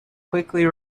quickly